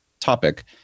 topic